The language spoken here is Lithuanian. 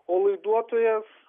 o laiduotojas